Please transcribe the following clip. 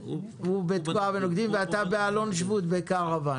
האוצר בקרוון בתקוע ובנוקדים ואתה באלון שבות.